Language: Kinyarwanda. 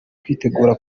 kwitegura